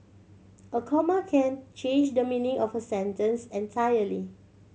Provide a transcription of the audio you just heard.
a comma can change the meaning of a sentence entirely